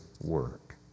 work